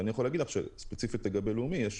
אני יכול להגיד לך ספציפית לגבי בנק לאומי שיש